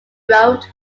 wrote